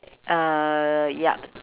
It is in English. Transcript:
uh yup